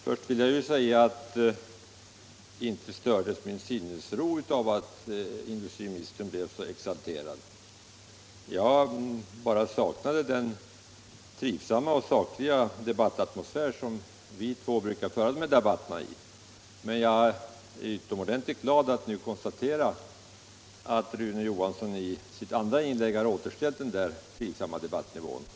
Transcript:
Herr talman! Jag vill börja med att säga att inte stör det min sinnesro att industriministern blev för exalterad. Jag bara saknade den fridsamma och sakliga debattatmosfär som vi två brukar föra de här debatterna i. Jag är utomordentligt glad att jag nu kan konstatera att Rune Johansson i sitt senaste inlägg hade återställt den fridsamma debattnivån.